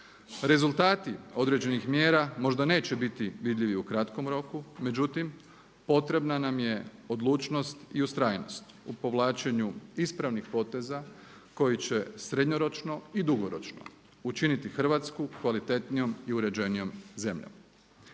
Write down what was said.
Rezultati određenih mjera možda neće biti vidljivi u kratkom roku međutim, potrebna nam je odlučnost i ustrajnost u povlačenju ispravnih poteza koji će srednjoročno i dugoročno učiniti Hrvatsku kvalitetnijom i uređenijom zemljom.